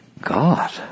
God